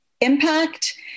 impact